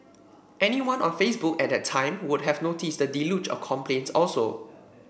anyone on Facebook at that time would have noticed the deluge of complaints also